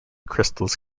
crystals